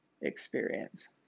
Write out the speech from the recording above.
experience